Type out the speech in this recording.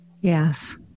Yes